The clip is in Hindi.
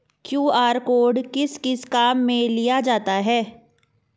क्यू.आर कोड किस किस काम में लिया जाता है?